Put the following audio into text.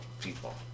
people